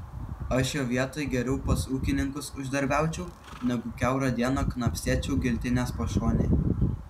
aš jo vietoj geriau pas ūkininkus uždarbiaučiau negu kiaurą dieną knapsėčiau giltinės pašonėje